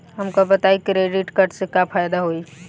हमका बताई credit card से का फायदा होई?